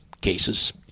cases